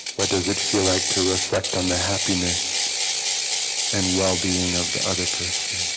what does it feel like to reflect on the happiness and well-being of the other person